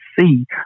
see